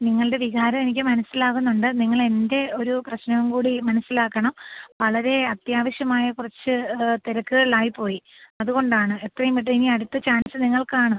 നിങ്ങളുടെ വികാരം എനിക്ക് മനസ്സിലാകുന്നുണ്ട് നിങ്ങളെൻ്റെ ഒരു പ്രശ്നം കൂടി മനസ്സിലാക്കണം വളരെ അത്യാവശ്യമായ കുറച്ച് തിരക്കുകളിലായിപ്പോയി അതുകൊണ്ടാണ് എത്രയും പെട്ടെന്ന് ഇനി അടുത്ത ചാൻസ് നിങ്ങൾക്കാണ്